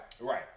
Right